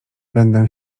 będę